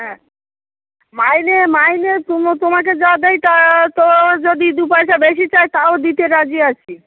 হ্যাঁ মাইনে মাইনে তুমো তোমাকে যা দেই তা তো যদি দু পয়সা বেশি চায় তাও দিতে রাজি আছি